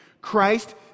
Christ